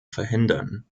verhindern